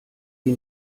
die